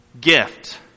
gift